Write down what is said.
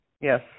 yes